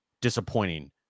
disappointing